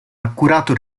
accurato